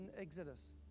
Exodus